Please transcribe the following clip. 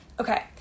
Okay